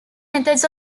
methods